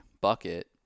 bucket